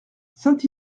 saint